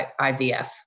IVF